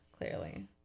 Clearly